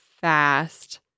fast